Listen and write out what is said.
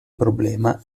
problema